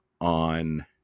on